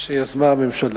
הודעה למזכיר